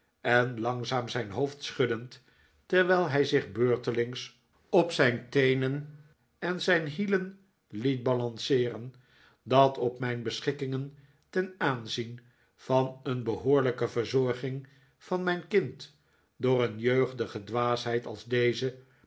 en langzaam zijn hoofd schuddend terwijl hij zich beurtelings op zijn teenen en zijn hielen liet balanceeren dat op mijn beschikkingen ten aanzien van een behoorlijke verzorging van mijn kind door een jeugdige dwaasheid als deze